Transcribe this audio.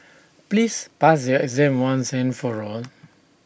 please pass your exam once and for all